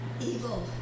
Evil